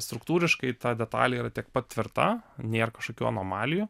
struktūriškai ta detalė yra tiek pat tvirta nėr kažkokių anomalijų